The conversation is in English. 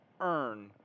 earn